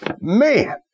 man